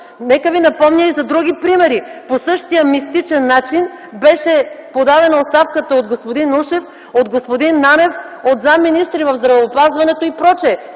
Нека Ви напомня и за други примери. По същия мистичен начин беше подадена оставка от господин Ушев, от господин Нанев, от заместник-министри на здравеопазването и прочие.